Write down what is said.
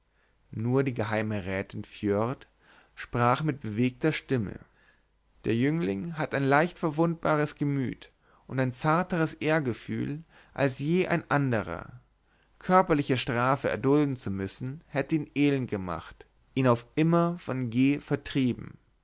nur die geheime rätin foerd sprach mit bewegter stimme der jüngling hat ein leicht verwundbares gemüt und ein zarteres ehrgefühl als je ein anderer körperliche strafe erdulden zu müssen hätte ihn elend gemacht ihn auf immer von g vertrieben